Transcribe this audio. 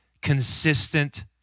consistent